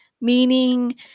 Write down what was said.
meaning